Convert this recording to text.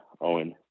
Owen